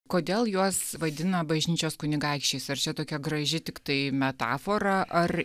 kodėl juos vadina bažnyčios kunigaikščiais ar čia tokia graži tik tai metafora ar